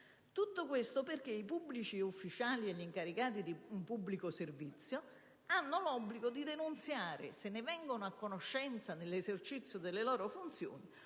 Tutto questo perché i pubblici ufficiali e gli incaricati di pubblico servizio hanno l'obbligo di denunziare, se ne vengono a conoscenza nell'esercizio delle loro funzioni,